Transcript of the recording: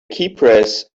keypress